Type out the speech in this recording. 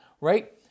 right